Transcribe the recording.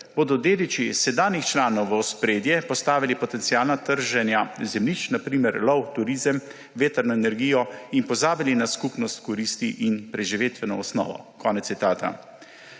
Bodo dediči sedanjih članov v ospredje postavili potenciale trženja zemljišč, na primer, lov, turizem, vetrno energijo, in pozabili na skupne koristi in preživetveno osnovo?«